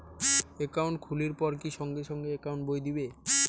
Account খুলির পর কি সঙ্গে সঙ্গে একাউন্ট বই দিবে?